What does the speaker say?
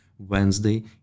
Wednesday